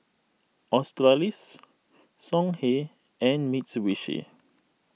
Australis Songhe and Mitsubishi